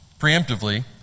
preemptively